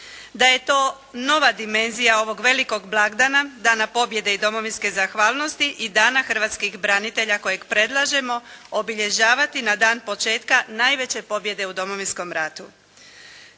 da je to nova dimenzija ovog velikog blagdana – Dana pobjede i domovinske zahvalnosti i dana hrvatskih branitelja kojeg predlažemo obilježavati na dan početka najveće pobjede u Domovinskom ratu.